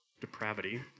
depravity